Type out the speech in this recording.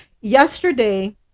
Yesterday